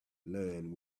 learned